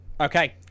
okay